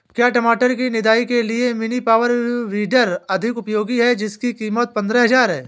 क्या टमाटर की निदाई के लिए मिनी पावर वीडर अधिक उपयोगी है जिसकी कीमत पंद्रह हजार है?